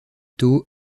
tôt